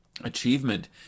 achievement